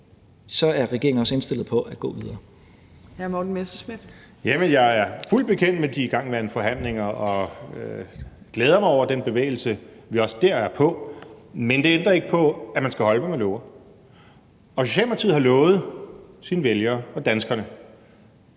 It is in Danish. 16:37 Morten Messerschmidt (DF): Jamen jeg er fuldt bekendt med de igangværende forhandlinger og glæder mig over den bevægelse, vi også der ser. Men det ændrer ikke på, at man skal holde, hvad man lover. Og Socialdemokratiet har lovet sine vælgere og danskerne,